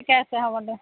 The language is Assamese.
ঠিকে আছে হ'ব দে